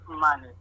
money